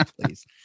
please